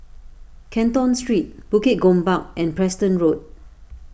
Canton Street Bukit Gombak and Preston Road